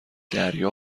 دریا